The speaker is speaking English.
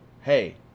hey